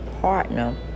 partner